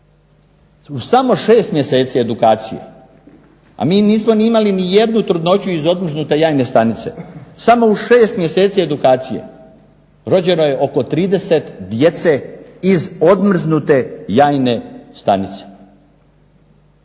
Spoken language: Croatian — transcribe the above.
U samo šest mjeseci edukacije, a mi nismo imali ni jednu trudnoću iz odmrznute jajne stanice. Samo u šest mjeseci edukacije rođeno je oko 30 djece iz odmrznute jajne stanice.